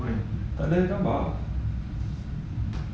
maybe dorang dua tak jadi